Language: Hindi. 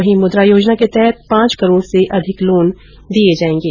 वहीं मुद्रा योजना के तहत पांच करोड़ से अधिक लोन दिये जायेंगे